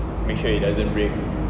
make sure it doesn't break